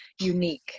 unique